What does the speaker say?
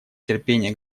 терпение